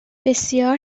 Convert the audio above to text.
بسیار